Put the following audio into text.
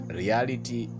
reality